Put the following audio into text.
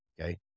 Okay